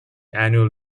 annual